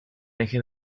eje